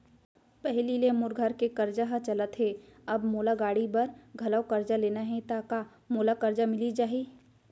पहिली ले मोर घर के करजा ह चलत हे, अब मोला गाड़ी बर घलव करजा लेना हे ता का मोला करजा मिलिस जाही?